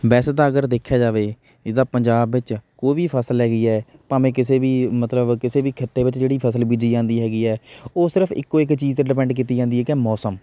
ਵੈਸੇ ਤਾਂ ਅਗਰ ਦੇਖਿਆ ਜਾਵੇ ਜਿੱਦਾਂ ਪੰਜਾਬ ਵਿੱਚ ਕੋਈ ਵੀ ਫਸਲ ਹੈਗੀ ਹੈ ਭਾਵੇਂ ਕਿਸੇ ਵੀ ਮਤਲਬ ਕਿਸੇ ਵੀ ਖਿੱਤੇ ਵਿੱਚ ਜਿਹੜੀ ਫਸਲ ਬੀਜੀ ਜਾਂਦੀ ਹੈਗੀ ਹੈ ਉਹ ਸਿਰਫ ਇੱਕੋ ਇੱਕ ਚੀਜ਼ 'ਤੇ ਡਿਪੈਂਡ ਕੀਤੀ ਜਾਂਦੀ ਹੈ ਕਿ ਮੌਸਮ